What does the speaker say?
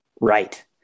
Right